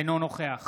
אינו נוכח